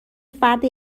فرد